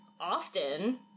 often